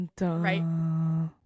Right